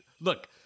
Look